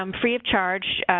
um free of charge.